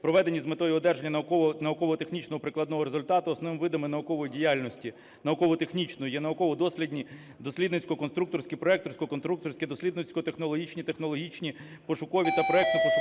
проведені з метою одержання науково-технічного (прикладного) результату. Основними видами наукової діяльності (науково-технічної) є науково-дослідні, дослідницько-конструкторські, проектно-конструкторські дослідницько-технологічні, технологічні, пошукові та проектно-пошукові